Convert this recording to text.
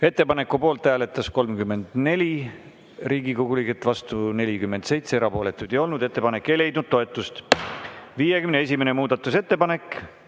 Ettepaneku poolt hääletas 31 Riigikogu liiget, vastu oli 49, erapooletuid ei olnud. Ettepanek ei leidnud toetust.56. muudatusettepanek.